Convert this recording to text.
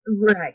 right